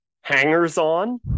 hangers-on